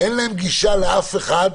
אין להם גישה לאף אחד,